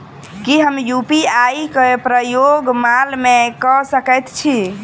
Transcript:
की हम यु.पी.आई केँ प्रयोग माल मै कऽ सकैत छी?